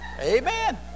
Amen